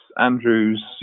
Andrew's